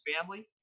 family